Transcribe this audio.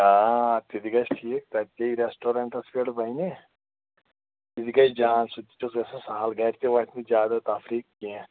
آ سُہ تہِ گَژھِ ٹھیٖک تَتہِ بیٚیہِ ریسٹورَنٛٹَس پیٚٹھ بَنہِ سُہ تہِ گَژھِ جان سُہ تہِ چھُ گَژھان سَہل گَرِ تہِ ووتھِ نہٕ زیادٕ تفریٖق کیٚنٛہہ